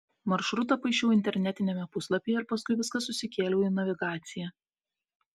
maršrutą paišiau internetiniame puslapyje ir paskui viską susikėliau į navigaciją